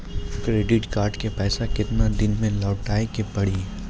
Credit card के पैसा केतना दिन मे लौटाए के पड़ी?